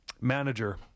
manager